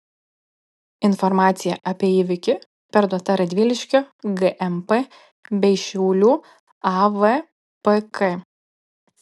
informacija apie įvykį perduota radviliškio gmp bei šiaulių avpk